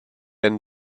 end